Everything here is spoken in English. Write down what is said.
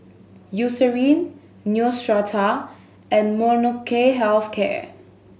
Eucerin Neostrata and Molnylcke Health Care